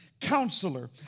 Counselor